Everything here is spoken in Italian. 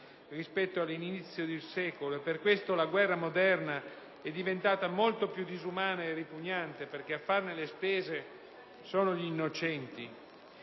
rispetto all'inizio del secolo e per questo la guerra moderna è diventata molto più disumana e ripugnante perché a farne le spese sono gli innocenti.